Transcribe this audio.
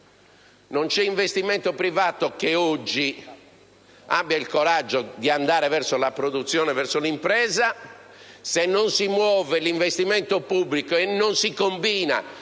Non c'è investimento privato che oggi abbia il coraggio di orientarsi alla produzione e all'impresa. Se non si muove l'investimento pubblico e non si combina